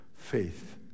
faith